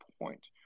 point